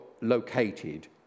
located